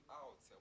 out